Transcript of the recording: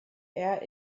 air